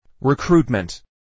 Recruitment